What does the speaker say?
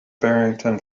barrington